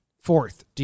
fourth